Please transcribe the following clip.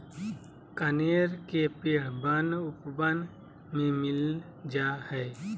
कनेर के पेड़ वन उपवन में मिल जा हई